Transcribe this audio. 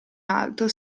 alto